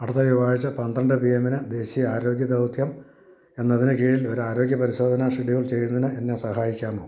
അടുത്ത ചൊവ്വാഴ്ച പന്ത്രണ്ട് പിയെമ്മിനു ദേശീയ ആരോഗ്യ ദൗത്യം എന്നതിനു കീഴിൽ ഒരാരോഗ്യ പരിശോധന ഷെഡ്യൂൾ ചെയ്യുന്നതിന് എന്നെ സഹായിക്കാമോ